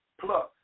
Plus